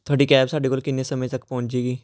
ਤੁਹਾਡੀ ਕੈਬ ਸਾਡੇ ਕੋਲ ਕਿੰਨੇ ਸਮੇਂ ਤੱਕ ਪਹੁੰਚ ਜਾਵੇਗੀ